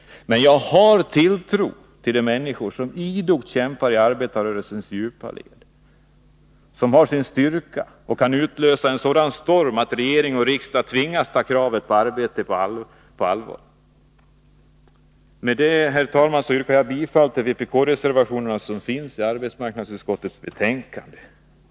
Men jag har tilltro till de människor som idogt kämpar i arbetarrörelsens djupa led, som har sin styrka och kan utlösa en sådan storm att regering och riksdag tvingas ta kravet om arbete på allvar. Med detta, herr talman, yrkar jag bifall till vpk-reservationerna som finns i arbetsmarknadsutskottets betänkande.